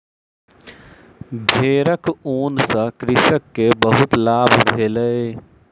भेड़क ऊन सॅ कृषक के बहुत लाभ भेलै